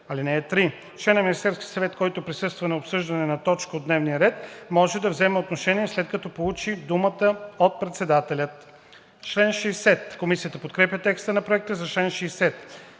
ред. (3) Член на Министерския съвет, който присъства на обсъждане на точка от дневния ред, може да вземе отношение, след като получи думата от председателя.“ Комисията подкрепя текста на Проекта за чл. 60.